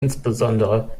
insbesondere